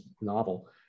novel